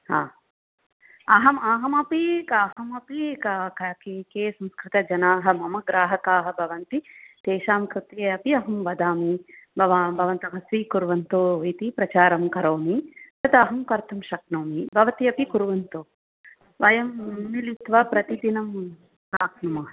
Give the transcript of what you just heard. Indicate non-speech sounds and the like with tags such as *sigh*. आ अहम् अहमपि का अहमपि का के संस्कृतजना मम ग्राहका भवन्ति तेषां कृते अपि अहं वदामि भवान् भवन्त स्वीकुर्वन्तु इति प्रचारं करोमि तत् अहं कर्तुं शक्नोमि भवती अपि कुर्वन्तु वयं मिलित्वा प्रतिदिनं *unintelligible* कुर्म